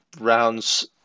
rounds